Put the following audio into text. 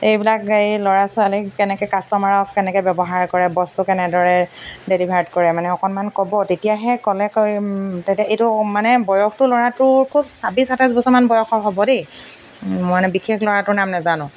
এইবিলাক এই ল'ৰা ছোৱালীক কেনেকৈ কাষ্টমাৰক কেনেকৈ ব্যৱহাৰ কৰে বস্তু কেনেদৰে ডেলিভাৰ্ড কৰে মানে অকণমান ক'ব তেতিয়াহে ক'লে তেতিয়া এইটো মানে বয়সটো ল'ৰাটোৰ খুব ছাব্বিছ সাতাইছ বছৰমান বয়সৰ হ'ব দেই মই মানে বিশেষ ল'ৰাটোৰ নাম নাজানো